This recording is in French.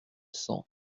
cent